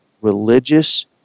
religious